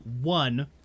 one